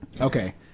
Okay